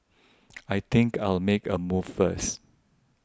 I think I'll make a move first